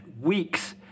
weeks